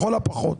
לכל הפחות,